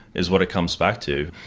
is what it comes back to.